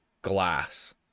Glass